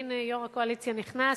הנה יושב-ראש הקואליציה נכנס,